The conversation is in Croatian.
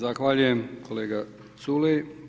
Zahvaljujem kolega Culej.